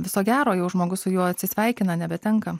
viso gero jau žmogus su juo atsisveikina nebetenka